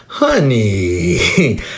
Honey